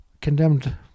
condemned